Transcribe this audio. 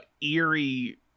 eerie